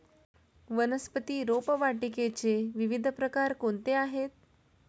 वनस्पती रोपवाटिकेचे विविध प्रकार कोणते आहेत?